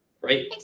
Right